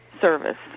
service